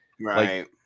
right